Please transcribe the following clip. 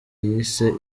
yise